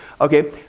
Okay